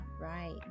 right